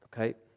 Okay